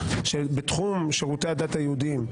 שבתחום שירותי הדת היהודיים,